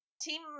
team